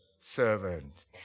servant